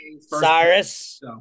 Cyrus